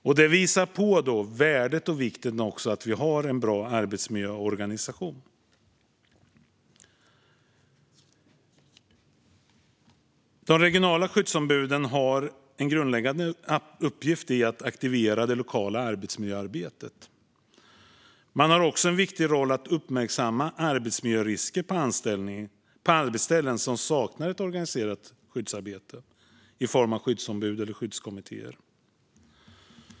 Detta visar också på vikten av en bra arbetsmiljöorganisation. De regionala skyddsombuden har en grundläggande uppgift i att aktivera det lokala arbetsmiljöarbetet. De har också en viktig roll i att uppmärksamma arbetsmiljörisker på arbetsställen som saknar ett organiserat lokalt skyddsarbete i form av skyddsombud eller skyddskommittéer.